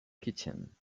kitchen